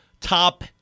top